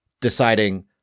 deciding